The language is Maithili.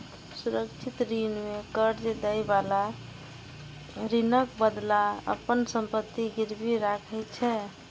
सुरक्षित ऋण मे कर्ज लएबला ऋणक बदला अपन संपत्ति गिरवी राखै छै